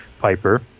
Piper